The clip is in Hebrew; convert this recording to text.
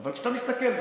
אבל כשאתה מסתכל,